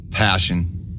Passion